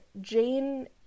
Jane